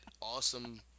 awesome